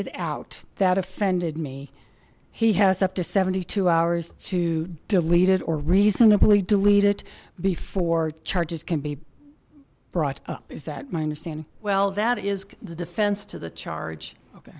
it out that offended me he has up to seventy two hours to delete it or reasonably delete it before charges can be brought up is that my understanding well that is the defense to the charge